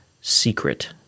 secret